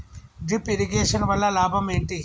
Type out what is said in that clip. Drip irrigation వల్ల లాభం ఏంటి?